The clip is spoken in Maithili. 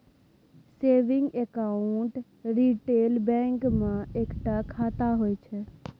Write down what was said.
सेबिंग अकाउंट रिटेल बैंक मे एकता खाता होइ छै